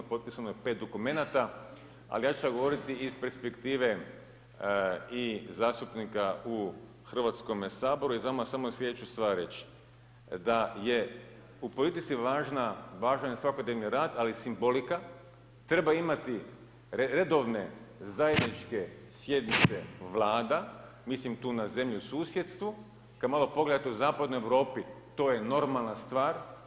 Potpisano je 5 dokumenata, ali ja ću sad govoriti iz perspektive i zastupnika u Hrvatskome saboru i ... slijedeću stvar reći, da je u politici važan svakodnevni rad, ali simbolika treba imati redovne zajedničke sjednice vlada, mislim tu na zemlju u susjedstvu, kad malo pogledate u zapadnoj Europi to je normalna stvar.